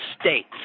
States